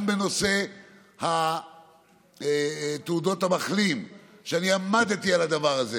גם בנושא תעודות המחלים, אני עמדתי על הדבר הזה